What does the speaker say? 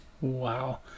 Wow